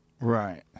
Right